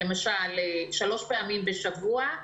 למשל שלוש פעמים בשבוע,